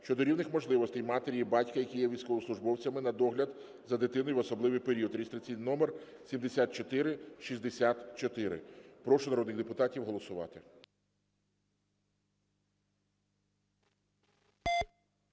щодо рівних можливостей матері і батька, які є військовослужбовцями, на догляд за дитиною в особливий період (реєстраційний номер 7464). Прошу народних депутатів голосувати.